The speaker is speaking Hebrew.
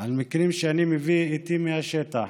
על מקרים שאני מביא איתי מהשטח